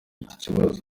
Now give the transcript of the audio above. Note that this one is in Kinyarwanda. ikibazo